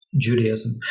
Judaism